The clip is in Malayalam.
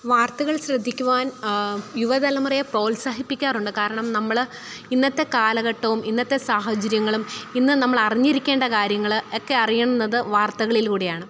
വാർത്തകൾ ശ്രദ്ധിക്കുവാൻ യുവതലമുറയെ പ്രോത്സാഹിപ്പിക്കാറുണ്ട് കാരണം നമ്മൾ ഇന്നത്തെ കാലഘട്ടവും ഇന്നത്തെ സാഹചര്യങ്ങളും ഇന്ന് നമ്മൾ അറിഞ്ഞിരിക്കേണ്ട കാര്യങ്ങൾ ഒക്കെ അറിയുന്നത് വാർത്തകളിലൂടെയാണ്